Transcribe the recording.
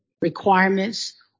requirements